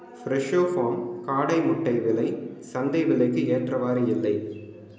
Fresho farm காடை முட்டை விலை சந்தை விலைக்கு ஏற்றவாறு இல்லை